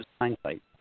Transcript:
hindsight